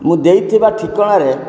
ମୁଁ ଦେଇଥିବା ଠିକଣାରେ